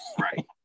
Right